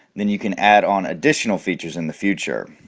then you can add on additional features in the future.